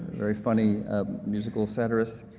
very funny musical satirist,